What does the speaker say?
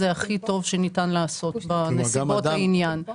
זה הכי טוב שניתן לעשות בנסיבות העניין.